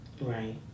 Right